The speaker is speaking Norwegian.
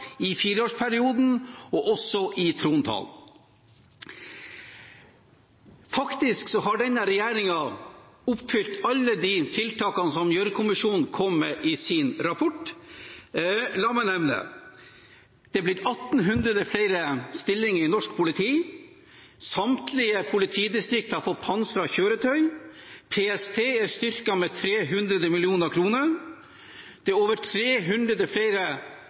i fireårsperioden – også i trontalen. Faktisk har denne regjeringen gjennomført alle de tiltakene som Gjørv-kommisjonen kom med i sin rapport. La meg nevne: Det har blitt 1 800 flere stillinger i norsk politi, samtlige politidistrikt har fått pansrede kjøretøy, PST er styrket med 300 mill. kr, det er over 300 flere